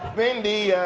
mindy,